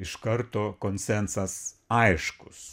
iš karto konsensas aiškus